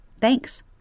Thanks